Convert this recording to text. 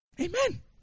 Amen